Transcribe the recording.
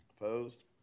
Opposed